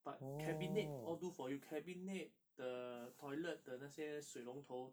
but cabinet all do for you cabinet the toilet 的那些水龙头